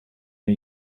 new